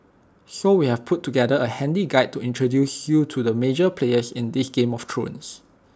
so we've put together A handy guide to introduce you to the major players in this game of thrones